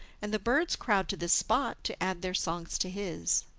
and the birds crowd to this spot, to add their songs to his.